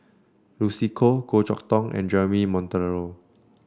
Lucy Koh Goh Chok Tong and Jeremy Monteiro